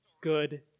good